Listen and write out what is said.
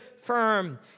firm